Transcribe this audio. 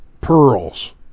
pearls